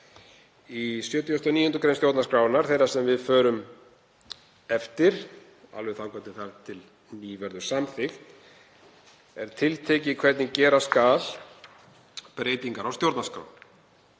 Í 79. gr. stjórnarskrárinnar, þeirrar sem við förum eftir alveg þar til ný verður samþykkt, er tiltekið hvernig gera skuli breytingar á stjórnarskrá.